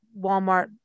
Walmart